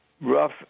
rough